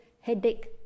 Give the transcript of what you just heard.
headache